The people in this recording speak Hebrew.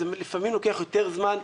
זה לפעמים לוקח יותר זמן.